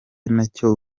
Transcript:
nacyo